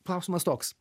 klausimas toks